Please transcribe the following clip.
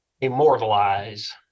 immortalize